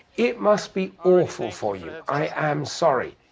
it must be awful for you. i am sorry.